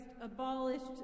abolished